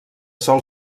sol